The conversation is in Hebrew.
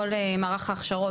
כל מערך ההכשרות,